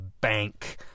bank